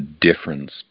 difference